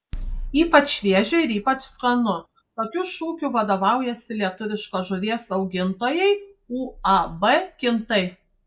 ypač šviežia ir ypač skanu tokiu šūkiu vadovaujasi lietuviškos žuvies augintojai uab kintai